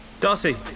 Darcy